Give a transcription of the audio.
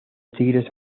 tigres